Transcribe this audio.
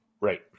right